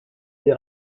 des